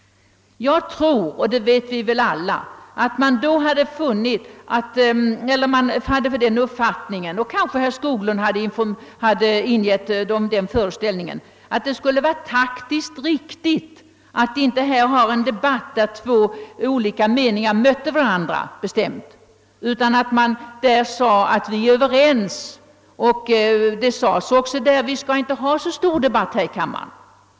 Jag tror, att man hade den uppfattningen — och kanske herr Skoglund hade ingivit dem den föreställningen — att det skulle vara taktiskt riktigt, att inte här ha en debatt där två olika meningar mötte varandra utan att det skulle vara bättre att säga, att utskottet var enigt. Det framhölls också, att vi inte skulle ha någon stor debatt i kammaren.